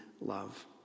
love